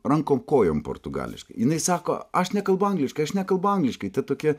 rankom kojom portugališkai jinai sako aš nekalbu angliškai aš nekalbu angliškai ta tokia